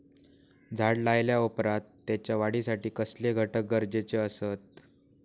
झाड लायल्या ओप्रात त्याच्या वाढीसाठी कसले घटक गरजेचे असत?